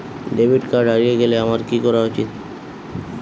Debit card হারিয়ে গেলে আমার কি করা উচিৎ?